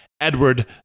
Edward